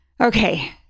Okay